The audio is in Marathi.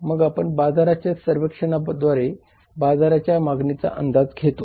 मग आपण बाजाराच्या सर्वेक्षणाद्वारे बाजाराच्या मागणीचा अंदाज घेतो